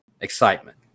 excitement